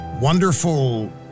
wonderful